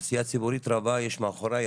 עשייה ציבורית רבה יש מאחורי,